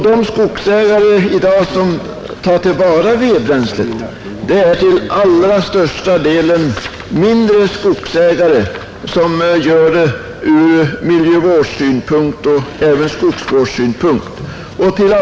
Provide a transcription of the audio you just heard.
De som i dag tar till vara vedbränslet är till allra största delen mindre skogsägare, och de gör det av miljövårdsoch skogsvårdsskäl.